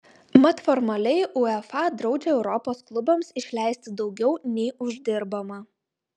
mat formaliai uefa draudžia europos klubams išleisti daugiau nei uždirbama